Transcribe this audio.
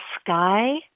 sky